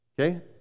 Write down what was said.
Okay